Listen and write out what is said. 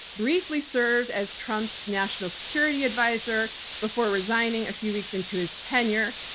briefly served as trump's national security advisor before resigning a few weeks into his tenure.